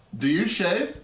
do you shave?